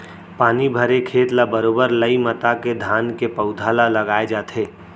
पानी भरे खेत ल बरोबर लई मता के धान के पउधा ल लगाय जाथे